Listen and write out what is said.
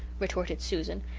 retorted susan.